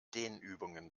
dehnübungen